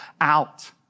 out